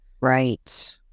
Right